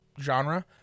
genre